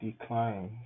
decline